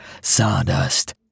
Sawdust